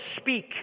speak